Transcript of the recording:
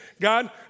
God